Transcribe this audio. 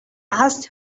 asked